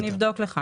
אני אבדוק לך.